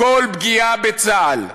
כל פגיעה בצה"ל,